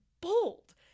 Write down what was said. bold